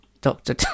Doctor